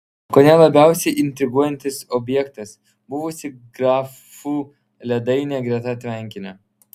kone labiausiai intriguojantis objektas buvusi grafų ledainė greta tvenkinio